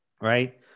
right